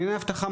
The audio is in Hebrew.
ענייני אבטחה,